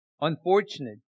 unfortunate